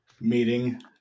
meeting